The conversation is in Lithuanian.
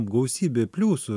gausybė pliusų zyziu